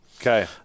Okay